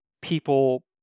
people